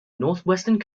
northwestern